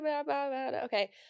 Okay